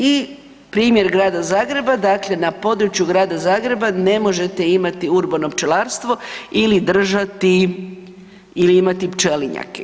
I primjer Grada Zagreba, dakle na području Grada Zagreba ne možete imati urbano pčelarstvo ili držati ili imati pčelinjake.